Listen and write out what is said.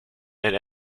and